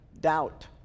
doubt